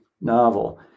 novel